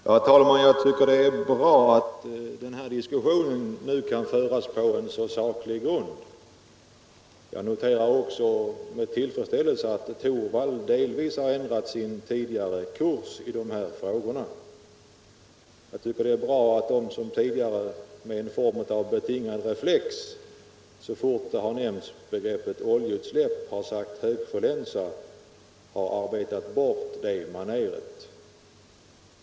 Herr talman! Jag tycker det är bra att diskussionen nu kan föras på en saklig grund. Jag noterar också med tillfredsställelse att herr Torwald delvis har ändrat sin tidigare kurs i de här frågorna. Jag tycker det är utmärkt att de som tidigare med en form av betingad reflex så fort begreppet oljeutsläpp har nämnts har talat om högsjölänsar nu har lyckats arbeta bort det maneret.